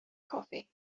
coffee